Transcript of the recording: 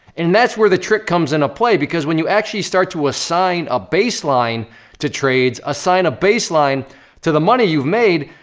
and that's where the trick comes into play, because when you actually start to assign a baseline to trades, assign a baseline to the money you've made,